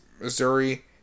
Missouri